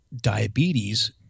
diabetes